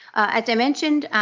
as i mentioned,